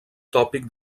tòpic